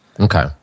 Okay